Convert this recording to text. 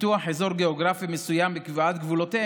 פיתוח אזור גיאוגרפי מסוים וקביעת גבולותיו,